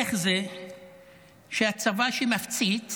איך זה שהצבא שמפציץ